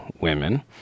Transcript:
women